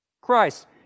christ